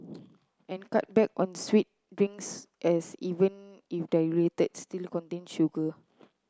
and cut back on sweet drinks as even if diluted still contain sugar